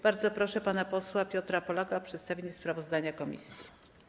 Bardzo proszę pana posła Piotra Polaka o przedstawienie sprawozdania komisji.